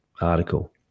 article